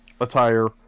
attire